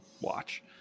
watch